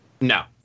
no